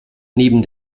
neben